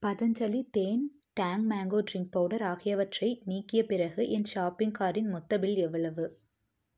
பதஞ்சலி தேன் Tang mango drink powder ஆகியவற்றை நீக்கிய பிறகு என் ஷாப்பிங் கார்ட்டின் மொத்த பில் எவ்வளவு